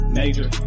major